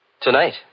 Tonight